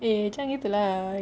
eh jangan gitu lah